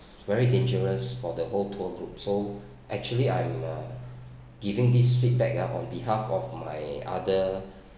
very dangerous for the whole tour group so actually I'm uh giving this feedback ah on behalf of my other